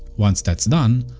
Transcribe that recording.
once that's done,